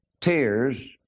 Tears